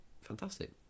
fantastic